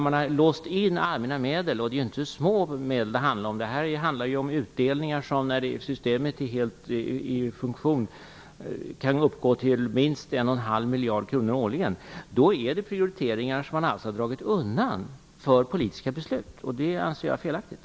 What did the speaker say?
Man har låst in allmänna medel, och det är inte små medel det rör sig om. Det handlar om utdelningar, som när systemet är helt i funktion, kan uppgå till minst en och en halv miljard kronor årligen. Det är fråga om prioriteringar som har undandragits politiska beslut, och det anser jag vara felaktigt.